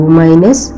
minus